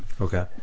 okay